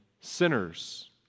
sinners